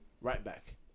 right-back